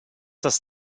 das